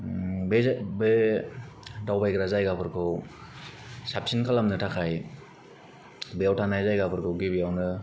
बैजे बे दावबायग्रा जायगाफोरखौ साबसिन खालामनो थाखाय बेयाव थानाय जायगाफोरखौ गिबियावनो